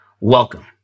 Welcome